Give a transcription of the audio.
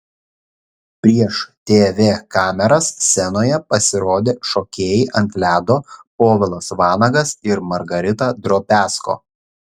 prieš tv kameras scenoje pasirodė šokėjai ant ledo povilas vanagas ir margarita drobiazko